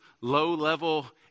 low-level